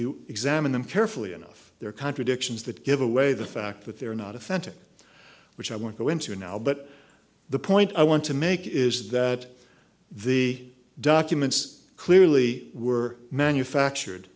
you examine them carefully enough there are contradictions that give away the fact that they're not authentic which i won't go into now but the point i want to make is that the documents clearly were manufactured